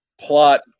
plot